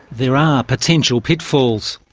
there are potential pitfalls.